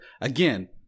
again